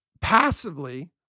passively